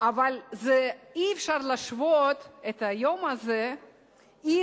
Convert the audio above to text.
אבל אי-אפשר להשוות את היום הזה עם